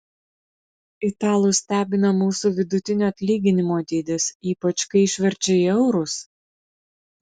italus stebina mūsų vidutinio atlyginimo dydis ypač kai išverčia į eurus